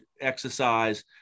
exercise